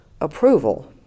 approval